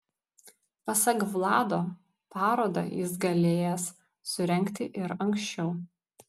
pasak vlado parodą jis galėjęs surengti ir anksčiau